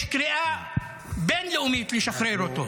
יש קריאה בין-לאומית לשחרר אותו.